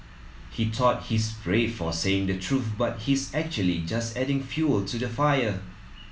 he thought he's brave for saying the truth but he's actually just adding fuel to the fire